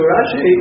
Rashi